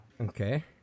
Okay